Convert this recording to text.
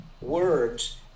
words